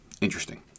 interesting